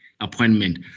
appointment